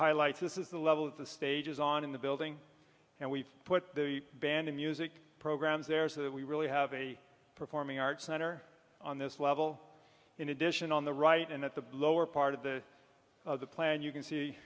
highlights this is the level of the stages on in the building and we've put the band in music programs there is that we really have a performing arts center on this level in addition on the right and at the lower part of the of the plan you can see